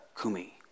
Kumi